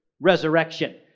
resurrection